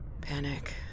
panic